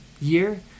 year